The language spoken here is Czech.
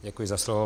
Děkuji za slovo.